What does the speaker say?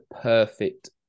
perfect